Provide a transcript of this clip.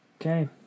Okay